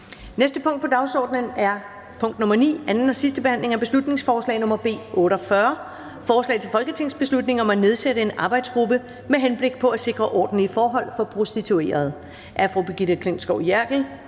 (sidste) behandling af beslutningsforslag nr. B 48: Forslag til folketingsbeslutning om at nedsætte en arbejdsgruppe med henblik på at sikre ordentlige forhold for prostituerede. Af Brigitte Klintskov Jerkel